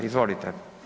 Izvolite.